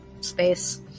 space